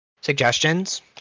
suggestions